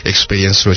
Experience